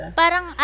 parang